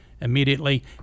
immediately